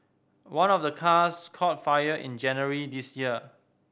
one of the cars caught fire in January this year